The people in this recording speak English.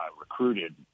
recruited